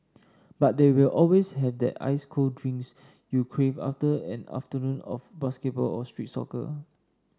but they will always have that ice cold drinks you crave after an afternoon of basketball or street soccer